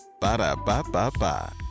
Ba-da-ba-ba-ba